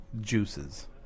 juices